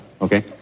Okay